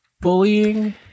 Bullying